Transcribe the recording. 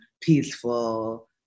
peaceful